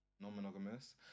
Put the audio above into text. non-monogamous